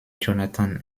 jonathan